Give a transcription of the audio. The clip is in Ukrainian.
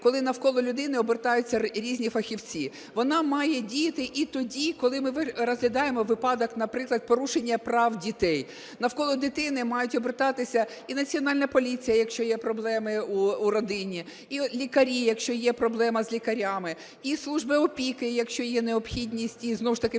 коли навколо людини обертаються різні фахівці, вона має діяти і тоді, коли ми розглядаємо випадок, наприклад, порушення прав дітей. Навколо дитини мають обертатися і Національна поліція, якщо є проблеми у родині, і лікарі, якщо є проблема з лікарями, і Служба опіки, якщо є необхідність, і знову ж таки